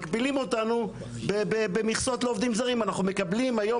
מגבילים אותנו במכסות לעובדים זרים אנחנו מקבלים היום